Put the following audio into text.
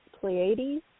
Pleiades